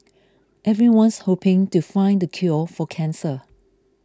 everyone's hoping to find the cure for cancer